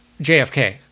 JFK